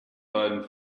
beiden